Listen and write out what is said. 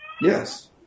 Yes